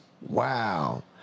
Wow